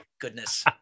goodness